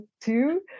two